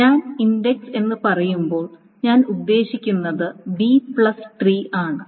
ഞാൻ ഇൻഡക്സ് എന്ന് പറയുമ്പോൾ ഞാൻ ഉദ്ദേശിക്കുന്നത് ബി ട്രീ ആണ്